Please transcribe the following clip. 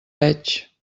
veig